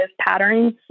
patterns